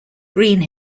green